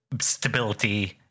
stability